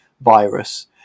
virus